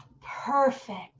perfect